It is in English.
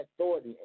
authority